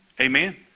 Amen